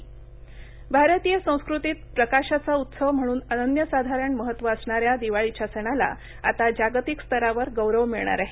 तिकीटः भारतीय संस्कृतीत प्रकाशाचा उत्सव म्हणून अन्यन्य साधारण महत्त्व असणाऱ्या दिवाळीच्या सणाला आता जागतिक स्तरावर गौरव मिळणार आहे